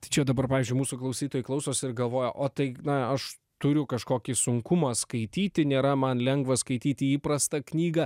tai čia dabar pavyzdžiui mūsų klausytojai klausos ir galvoja o tai na aš turiu kažkokį sunkumą skaityti nėra man lengva skaityti įprastą knygą